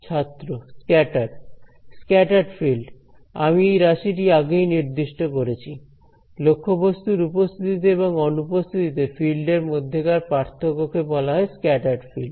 ছাত্র scattered scattered field আমি এই রাশিটি আগেই নির্দিষ্ট করেছি লক্ষ্যবস্তুর উপস্থিতিতে এবং অনুপস্থিতিতে ফিল্ডের মধ্যকার পার্থক্যকে বলা হয় স্ক্যাটার্ড ফিল্ড